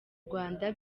rwanda